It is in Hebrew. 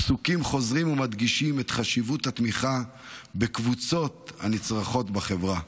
הפסוקים חוזרים ומדגישים את חשיבות התמיכה בקבוצות הנצרכות בחברה.